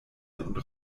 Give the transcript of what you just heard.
und